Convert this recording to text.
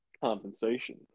compensation